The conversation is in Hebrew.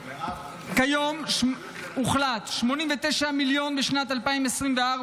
כיום הוחלט על 89 מיליון לשנת 2024,